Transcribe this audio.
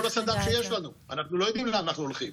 לקריאה השנייה ולקריאה השלישית.